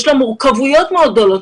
יש לה מורכבויות מאוד גדולות.